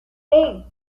eight